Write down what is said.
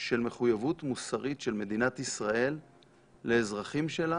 של מחויבות מוסרית של מדינת ישראל לאזרחים שלה,